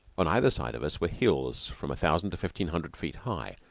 on either side of us were hills from a thousand or fifteen hundred feet high,